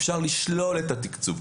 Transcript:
אפשר לשלול את התקצוב,